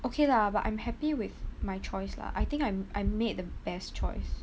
okay lah but I'm happy with my choice lah I think I'm I made the best choice